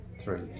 three